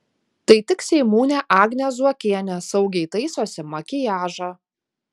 tai tik seimūnė agnė zuokienė saugiai taisosi makiažą